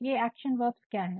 ये action verbs क्या है